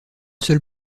seule